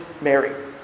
Mary